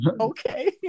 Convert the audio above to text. Okay